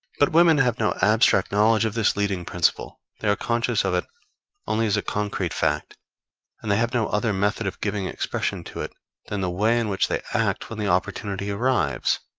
but women have no abstract knowledge of this leading principle they are conscious of it only as a concrete fact and they have no other method of giving expression to it than the way in which they act when the opportunity arrives.